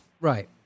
Right